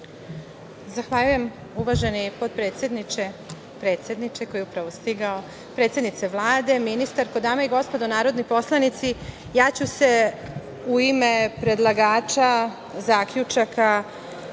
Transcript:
Zahvaljujem uvaženi potpredsedniče. Predsedniče, koji je upravo stigao, predsednice Vlade, ministarko, dame i gospodo narodni poslanici, ja ću u ime predlagača zaključaka